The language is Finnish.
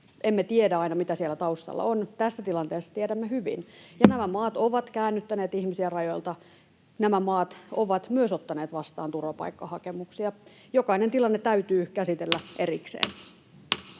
Emme tiedä aina, mitä siellä taustalla on — tässä tilanteessa tiedämme hyvin, ja nämä maat ovat käännyttäneet ihmisiä rajoilta. Nämä maat ovat myös ottaneet vastaan turvapaikkahakemuksia. Jokainen tilanne täytyy [Puhemies